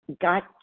got